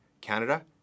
Canada